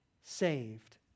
saved